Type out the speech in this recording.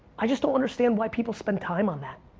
i just don't understand why people spend time on that.